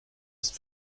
ist